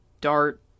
dart